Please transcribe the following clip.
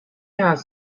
has